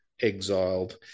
exiled